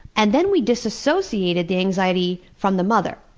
and then we disassociated the anxiety from the mother.